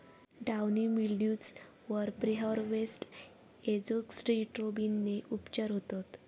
downy mildews वर preharvest एजोक्सिस्ट्रोबिनने उपचार होतत